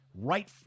right